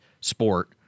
sport